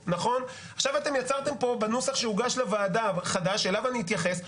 אחר 20. על מעשה אחד המהווה כמה הפרות לפי חוק זה,